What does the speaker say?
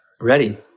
ready